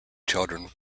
children